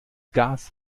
gas